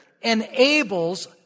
enables